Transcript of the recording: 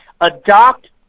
adopt